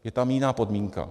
Je tam jiná podmínka.